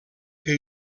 que